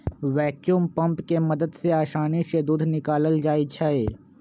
vacuum pump के मदद से आसानी से दूध निकाकलल जाइ छै